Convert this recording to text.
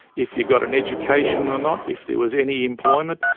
if you got an education or not, if there was any employment.